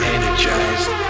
Energized